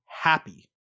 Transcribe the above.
happy